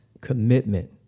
commitment